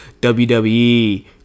WWE